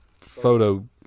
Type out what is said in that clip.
photo